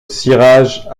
cirage